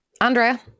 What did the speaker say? Andrea